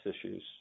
issues